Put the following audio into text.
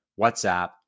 WhatsApp